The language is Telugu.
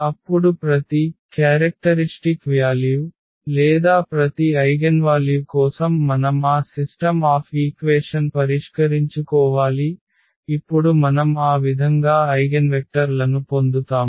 అప్పుడు ప్రతి లక్షణ విలువ లేదా ప్రతి ఐగెన్వాల్యు కోసం మనం ఆ సిస్టమ్ ఆఫ్ ఈక్వేషన్ పరిష్కరించుకోవాలి ఇప్పుడు మనం ఆ విధంగా ఐగెన్వెక్టర్ లను పొందుతాము